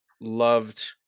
loved